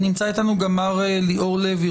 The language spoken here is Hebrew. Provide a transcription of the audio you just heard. ליאור לוי,